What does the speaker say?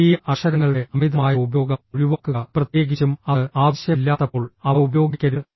വലിയ അക്ഷരങ്ങളുടെ അമിതമായ ഉപയോഗം ഒഴിവാക്കുക പ്രത്യേകിച്ചും അത് ആവശ്യമില്ലാത്തപ്പോൾ അവ ഉപയോഗിക്കരുത്